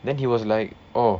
then he was like oh